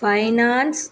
finance